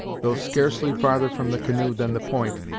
though scarcely farther from the canoe than the point,